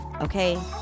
Okay